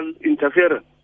interference